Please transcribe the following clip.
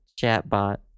chatbot